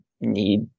need